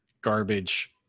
garbage